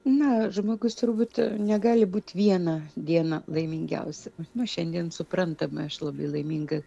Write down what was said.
na žmogus turbūt negali būt vieną dieną laimingiausia nu šiandien suprantama aš labai laiminga